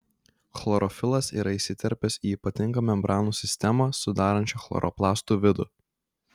chlorofilas yra įsiterpęs į ypatingą membranų sistemą sudarančią chloroplastų vidų